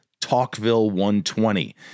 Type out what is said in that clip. talkville120